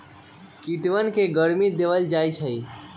कीटवन के गर्मी देवल जाहई